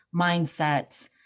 mindsets